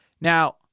Now